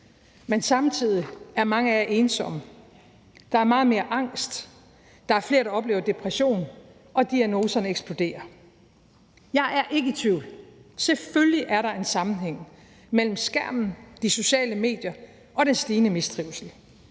Men samtidig er mange af jer ensomme. Der er meget mere angst, der er flere, der oplever depression, og diagnoserne eksploderer. Jeg er ikke i tvivl: Selvfølgelig er der en sammenhæng mellem skærmen, de sociale medier og den stigende mistrivsel.